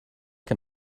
can